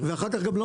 ואחר כך גם לא